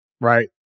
right